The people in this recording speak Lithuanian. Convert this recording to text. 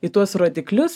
į tuos rodiklius